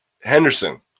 Henderson